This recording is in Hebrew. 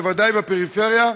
בוודאי בפריפריה,